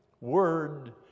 word